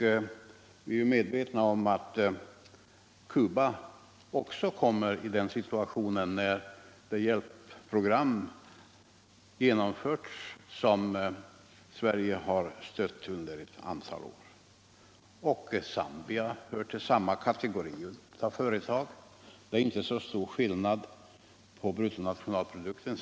Vi är medvetna om att Cuba också kommer i den situationen när det hjälpprogram genomförts som Sverige har stött under ett antal år. Zambia hör till samma kategori av länder. Det är inte så stor skillnad beträffande bruttonationalprodukten.